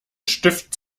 stift